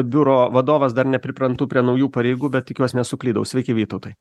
biuro vadovas dar nepriprantu prie naujų pareigų bet tikiuos nesuklydau sveiki vytautai